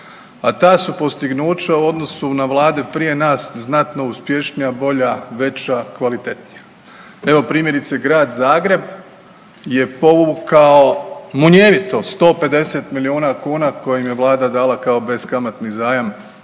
a ta su postignuća u odnosu na vlade prije nas znatno uspješnija, bolja, veća, kvalitetnija. Evo primjerice Grad Zagreb je povukao munjevito 150 milijuna kuna koji im je Vlada dala kao beskamatni zajam